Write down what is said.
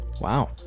Wow